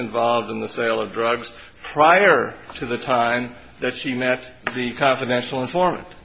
involved in the sale of drugs prior to the time that she met the confidential informant